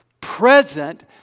present